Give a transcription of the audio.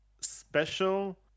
special